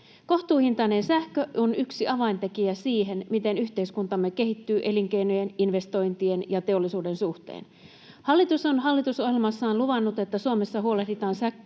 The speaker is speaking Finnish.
Kohtuuhintainen sähkö on yksi avaintekijä siihen, miten yhteiskuntamme kehittyy elinkeinojen, investointien ja teollisuuden suhteen. Hallitus on hallitusohjelmassaan luvannut, että Suomessa huolehditaan sähkön